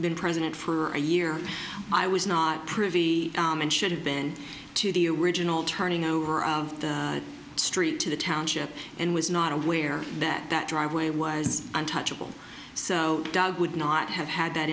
been president for a year i was not privy should have been to the original turning over of the street to the township and was not aware that that driveway was untouchable so doug would not have had that